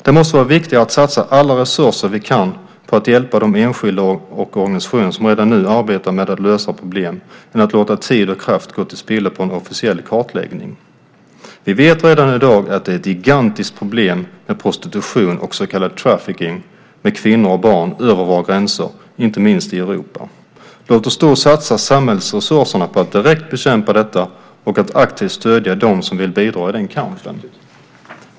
Det måste vara viktigare att satsa alla resurser vi kan på att hjälpa de enskilda och organisationer, som redan nu arbetar med att lösa problemet, än att låta tid och kraft gå till spillo på en officiell kartläggning. Vi vet redan i dag att prostitution och så kallad trafficking med kvinnor och barn över våra gränser, inte minst i Europa, är ett gigantiskt problem. Låt oss därför satsa samhällsresurserna på att direkt bekämpa detta och aktivt stödja dem som vill bidra till den kampen.